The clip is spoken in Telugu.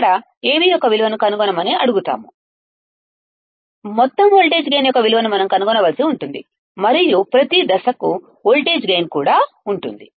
ఇక్కడ Av యొక్క విలువను కనుగొనమని అడుగుతాము మొత్తం వోల్టేజ్ గైన్ యొక్క విలువను మనం కనుగొనవలసి ఉంటుంది మరియు ప్రతి దశకు వోల్టేజ్ గైన్ కూడా ఉంటుంది